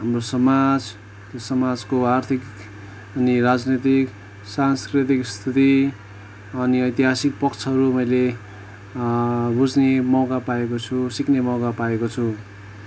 हाम्रो समाज यो समाजको आर्थिक अनि राजनैतिक सांस्कृतिक स्थिति अनि ऐतिहासिक पक्षहरू मैले बुझ्ने मौका पाएको छु सिक्ने मौका पाएको छु